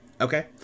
Okay